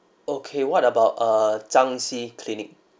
okay what about err zhang xi clinic